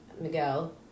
Miguel